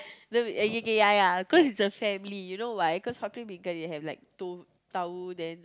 no okay k ya ya cause it's a family you know why cause they have like tauhu then